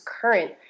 current